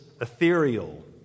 ethereal